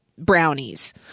brownies